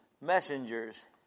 messengers